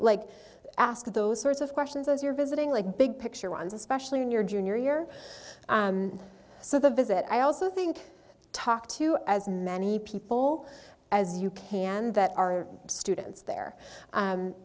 like ask those sorts of questions as you're visiting like big picture ones especially in your junior year so the visit i also think talk to as many people as you can that are students there